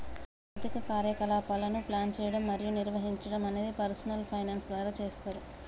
ఆర్థిక కార్యకలాపాలను ప్లాన్ చేయడం మరియు నిర్వహించడం అనేది పర్సనల్ ఫైనాన్స్ ద్వారా చేస్తరు